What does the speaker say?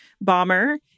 bomber